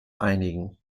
einigen